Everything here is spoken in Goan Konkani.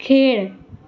खेळ